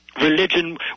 religion